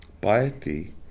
piety